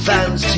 Fans